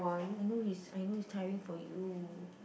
I know it's I know it's tiring for you